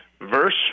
Verse